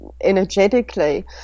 energetically